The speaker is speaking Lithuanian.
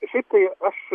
šiaip tai aš